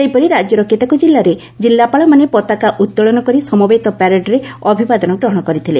ସେହିପରି ରାଜ୍ୟର କେତେକ କିଲ୍ଲାରେ କିଲ୍ଲାପାଳମାନେ ପତାକା ଉତ୍ତୋଳନ କରି ସମବେତ ପ୍ୟାରେଡ୍ରେ ଅଭିବାଦନ ଗ୍ରହଶ କରିଥିଲେ